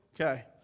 okay